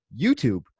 YouTube